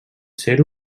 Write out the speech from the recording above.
ser